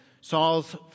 Saul's